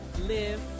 live